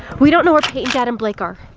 we don't know where payton, dad, and blake are.